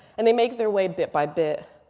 and they make their way bit by bit.